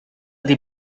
dei